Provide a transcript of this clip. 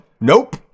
nope